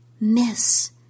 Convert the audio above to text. miss